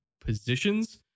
positions